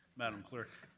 madam clerk.